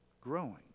growing